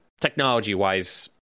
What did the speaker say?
technology-wise